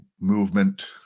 movement